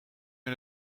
mij